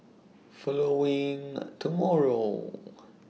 following A tomorrow